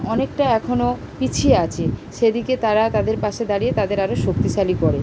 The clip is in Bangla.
অনেকটা এখনও পিছিয়ে আছে সে দিকে তারা তাদের পাশে দাঁড়িয়ে তাদের আরও শক্তিশালী করে